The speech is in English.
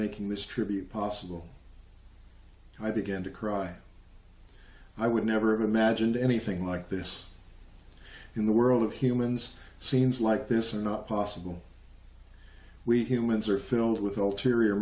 making this tribute possible i began to cry i would never have imagined anything like this in the world of humans scenes like this not possible we humans are filled with ulterior